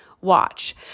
watch